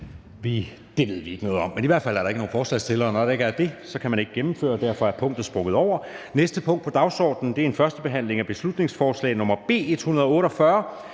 Det ved vi ikke noget om, men i hvert fald er der ikke nogen forslagsstiller, og når der ikke er det, kan man ikke gennemføre, og derfor bliver punktet sprunget over. --- Det næste punkt på dagsordenen er: 12) 1. behandling af beslutningsforslag nr. B 148: